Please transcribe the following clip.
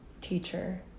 teacher